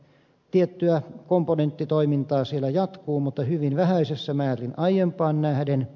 tietty komponenttitoiminta siellä jatkuu mutta hyvin vähäisessä määrin aiempaan nähden